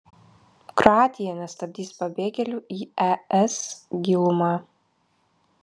kroatija nestabdys pabėgėlių į es gilumą